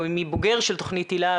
מבוגר של תכנית היל"ה,